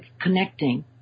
connecting